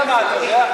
בכמה עלה,